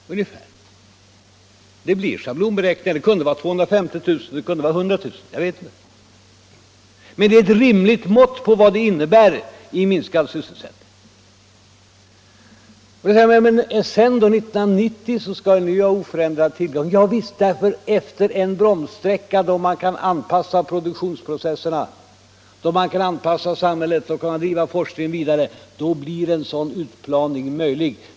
Det är en schablonberäkning. Det kan röra sig om 250 000, och det kan röra sig om 100 000 jobb. Men det är ett rimligt mått på vad förslaget innebär i minskad sysselsättning. Då kan ni säga: Än sen då? Efter 1990 vill ju även ni ha oförändrad tillgång. — Javisst, efter en bromssträcka där man anpassar produktionsprocesserna och samhället och driver forskningen vidare blir en sådan utplaning möjlig.